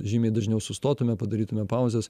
žymiai dažniau sustotume padarytume pauzes